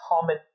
common